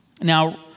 Now